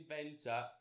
inventor